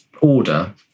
order